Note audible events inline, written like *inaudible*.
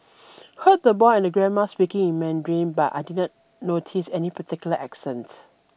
*noise* heard the boy and grandma speaking in Mandarin but I did not notice any particular accent